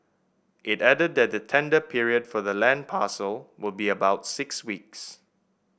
it added that the tender period for the land parcel would be about six weeks